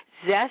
Zest